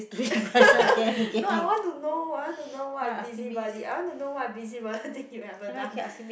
no I want to know I want to know what a busy body I want to know what a busy body you ever done